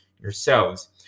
yourselves